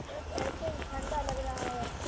بس ایسے ہی ٹھنڈا لگ رہا ہے